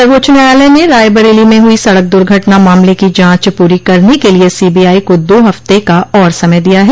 सर्वोच्च न्यायालय ने रायबरेली में हुई सड़क दुर्घटना मामले की जांच पूरी करने के लिए सीबीआई को दो हफ़्ते का और समय दिया है